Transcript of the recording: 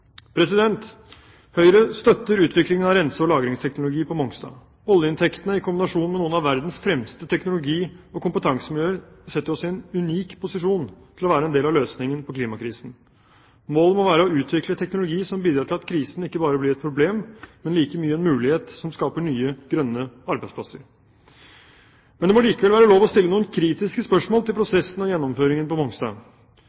Høyre støtter utviklingen av rense- og lagringsteknologi på Mongstad. Oljeinntektene, i kombinasjon med noen av verdens fremste teknologi- og kompetansemiljøer, setter oss i en unik posisjon til å være en del av løsningen på klimakrisen. Målet må være å utvikle teknologi som bidrar til at krisen ikke bare blir et problem, men like mye en mulighet som skaper nye, grønne arbeidsplasser. Det må likevel være lov å stille noen kritiske spørsmål til